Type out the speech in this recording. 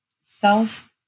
self